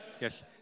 Yes